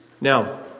Now